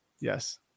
Yes